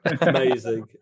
Amazing